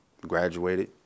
graduated